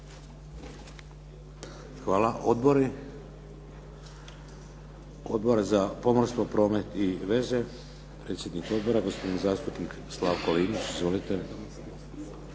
Hvala. Odbori? Odbor za pomorstvo, promet i veze, predsjednik odbora, gospodin zastupnik Slavko Linić. Izvolite.